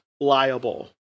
liable